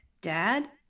Dad